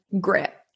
grit